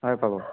হয় পাব